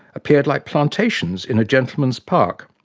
appeared like plantations in a gentleman's park',